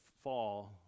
fall